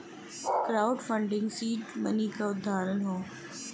crowd funding seed money क उदाहरण हौ